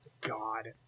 God